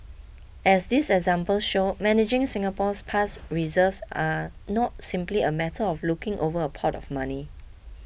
as these examples show managing Singapore's past reserves are not simply a matter of looking over a pot of money